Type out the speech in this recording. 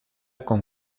con